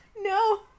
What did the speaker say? No